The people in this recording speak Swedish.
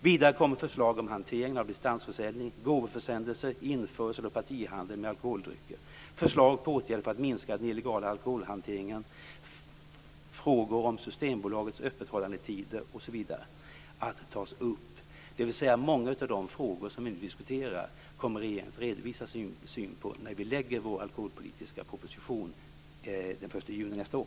Vidare kommer förslag om hanteringen av distansförsäljning, gåvoförsändelser, införsel och partihandel med alkoholdrycker, förslag på åtgärder för att minska den illegala alkoholhanteringen, frågor om Systembolagets öppethållandetider osv. att tas upp. Många av de frågor som vi nu diskuterar kommer alltså regeringen att redovisa sin syn på när den lägger fram den alkoholpolitiska propositionen den 1 juni nästa år.